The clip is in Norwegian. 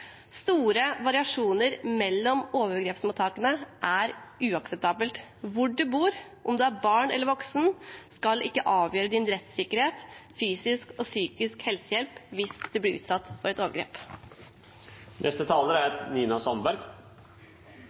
Store variasjoner mellom overgrepsmottakene er uakseptabelt. Hvor man bor, og om man er barn eller voksen, skal ikke avgjøre ens rettssikkerhet eller om man får fysisk og psykisk helsehjelp hvis man blir utsatt for et